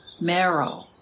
marrow